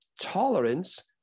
tolerance